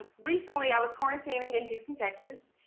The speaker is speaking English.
recently i was quarantining in houston texas,